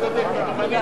צודקת.